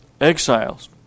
exiles